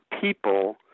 people